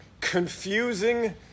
confusing